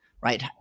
right